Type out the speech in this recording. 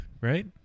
right